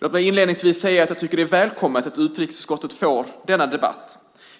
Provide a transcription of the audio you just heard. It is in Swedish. Låt mig inledningsvis säga att jag tycker att det är välkommet att utrikesutskottet får denna debatt.